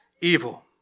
evil